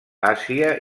àsia